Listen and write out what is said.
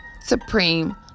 supreme